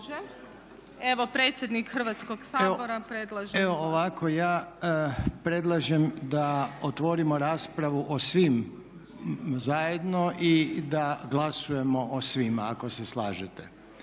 Evo predsjednik Hrvatskog sabora predlaže. **Reiner, Željko (HDZ)** Evo ovako, ja predlažem da otvorimo raspravu o svim zajedno i da glasujemo o svima ako se slažete.